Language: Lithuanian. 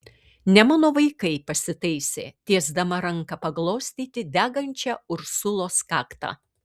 ne mano vaikai pasitaisė tiesdama ranką paglostyti degančią ursulos kaktą